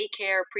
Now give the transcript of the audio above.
daycare